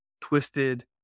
twisted